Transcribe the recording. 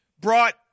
brought